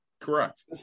Correct